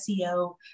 SEO